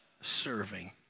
serving